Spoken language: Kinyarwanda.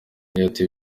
yagize